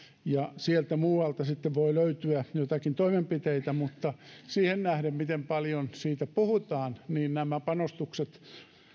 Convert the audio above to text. ja sieltä muualta sitten voi löytyä jotakin toimenpiteitä mutta siihen nähden miten paljon siitä puhutaan nämä panostukset